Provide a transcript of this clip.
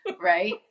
right